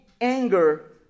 anger